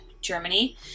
germany